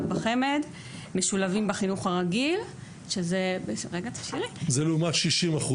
בחמ"ד משולבים בחינוך הרגיל --- זה לעומת 60%,